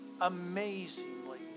amazingly